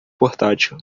portátil